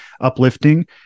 uplifting